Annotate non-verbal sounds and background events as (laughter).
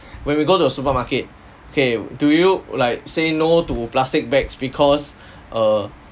(breath) when we go to a supermarket okay do you like say no to plastic bags because (breath) err